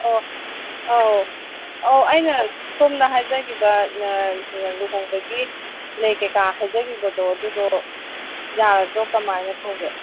ꯑꯣ ꯑꯧ ꯑꯩꯅ ꯁꯣꯝꯗ ꯍꯥꯏꯖꯒꯤꯕ ꯂꯨꯍꯣꯡꯒꯤ ꯂꯩ ꯀꯩꯀꯥ ꯍꯥꯏꯖꯈꯤꯕꯗꯣ ꯑꯗꯨꯗꯣ ꯌꯥꯔꯗ꯭ꯔꯥ ꯀꯃꯥꯏꯅ ꯇꯧꯒꯦ